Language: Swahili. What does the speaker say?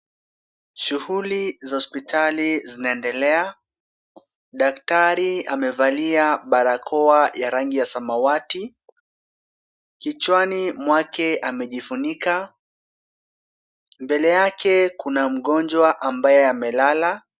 Shuguli za hospitali zinaendelea. Daktari amevalia barakoa ya rangi ya samawati. Kichwani mwake amejifunika. Mbele yake kuna mgonjwa ambaye amelala.